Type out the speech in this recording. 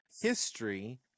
history